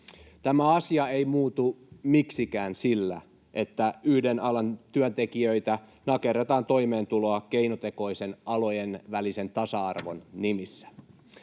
Tämä asia ei muutu miksikään sillä, että yhden alan työntekijöiltä nakerretaan toimeentuloa keinotekoisen alojen välisen tasa-arvon nimissä.